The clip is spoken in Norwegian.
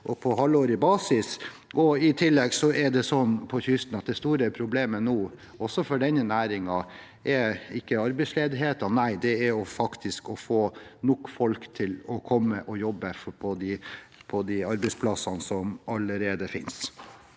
og på halvårig basis. I tillegg er det på kysten nå slik at det store problemet – også for denne næringen – ikke er arbeidsledigheten, men faktisk å få nok folk til å komme og jobbe på de arbeidsplassene som allerede finnes.